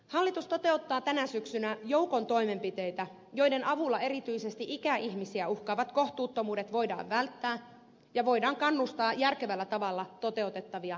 hallitus toteuttaa tänä syksynä joukon toimenpiteitä joiden avulla erityisesti ikäihmisiä uhkaavat kohtuuttomuudet voidaan välttää ja voidaan kannustaa järkevällä tavalla toteutettavia jätevesi investointeja